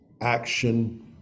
action